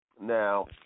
Now